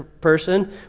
person